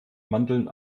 mandeln